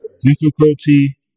difficulty